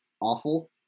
awful